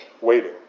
Waiting